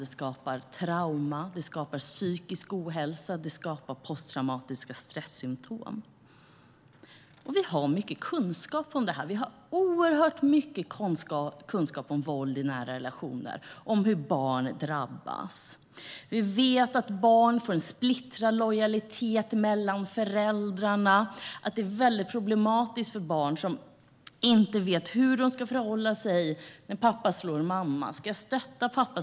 Det skapar trauman, det skapar psykisk ohälsa och det skapar posttraumatiska stressymtom. Vi har mycket kunskap om det här. Vi har mycket kunskap om våld i nära relationer och om hur barn drabbas. Vi vet att barn får en splittrad lojalitet mellan föräldrarna och att det är problematiskt för barn, som inte vet hur de ska förhålla sig när pappa slår mamma: Ska jag stötta pappa?